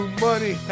money